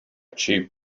cheap